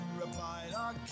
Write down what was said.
replied